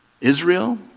Israel